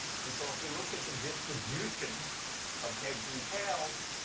and so if we look at the distribution of heads and tails,